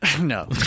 No